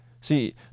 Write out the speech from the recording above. See